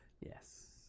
Yes